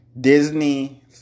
Disney